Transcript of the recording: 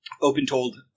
open-told